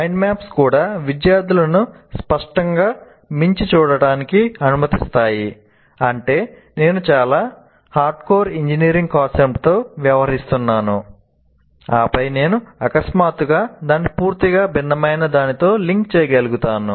mind maps కూడా విద్యార్థులను స్పష్టంగా మించి చూడటానికి అనుమతిస్తాయి అంటే నేను చాలా హార్డ్కోర్ ఇంజనీరింగ్ కాన్సెప్ట్తో వ్యవహరిస్తున్నాను ఆపై నేను అకస్మాత్తుగా దాన్ని పూర్తిగా భిన్నమైన దానితో లింక్ చేయగలుగుతాను